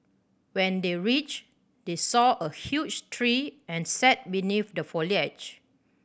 when they reached they saw a huge tree and sat beneath the foliage